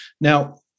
Now